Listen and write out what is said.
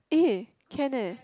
eh can leh